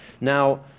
Now